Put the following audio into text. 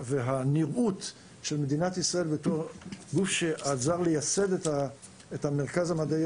והנראות של מדינת ישראל בתור גוף שעזר לייסד את המרכז המדעי